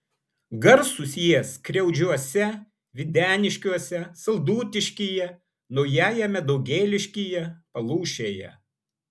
garsūs jie skriaudžiuose videniškiuose saldutiškyje naujajame daugėliškyje palūšėje